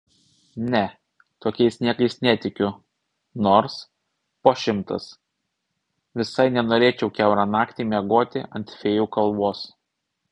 ne tokiais niekais netikiu nors po šimtas visai nenorėčiau kiaurą naktį miegoti ant fėjų kalvos